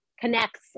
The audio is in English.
connects